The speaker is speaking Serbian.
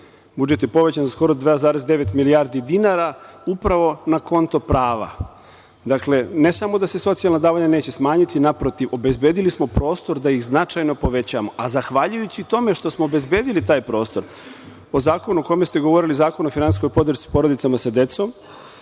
budžet povećan za skoro 2,9 milijardi dinara upravo na konto prava. Dakle, ne samo da se socijalna davanja neće smanjiti, naprotiv, obezbedili smo prostor da ih značajno povećamo, a zahvaljujući tome što smo obezbedili taj prostor po zakonu o kome ste govorili, Zakonu o finansijskoj podršci porodicama sa decom,